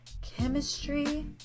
chemistry